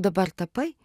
dabar tapai